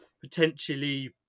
potentially